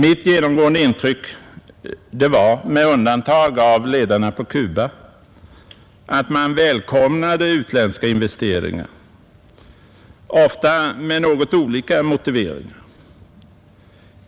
Mitt genomgående intryck var att man — med undantag av ledarna på Cuba — välkomnade utländska investeringar, ofta med något olika motivering.